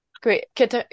Great